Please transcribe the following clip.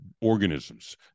organisms